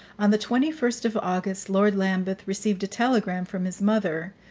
on the twenty first of august lord lambeth received a telegram from his mother,